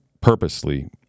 purposely